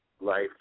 life